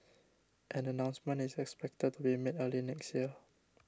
an announcement is expected to be made early next year